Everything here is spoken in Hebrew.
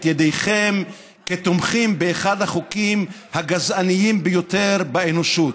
ידיכם כתומכים באחד החוקים הגזעניים ביותר באנושות?